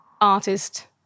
artist